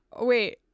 Wait